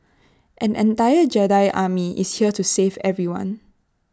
an entire Jedi army is here to save everyone